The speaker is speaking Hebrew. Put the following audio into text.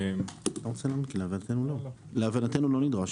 להבנתנו, לא נדרש.